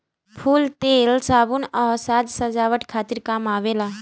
फूल तेल, साबुन आ साज सजावट खातिर काम आवेला